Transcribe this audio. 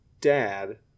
dad